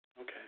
Okay